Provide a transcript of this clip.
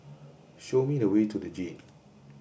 show me the way to the Jade